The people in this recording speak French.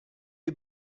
est